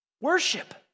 Worship